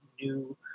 new